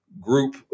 group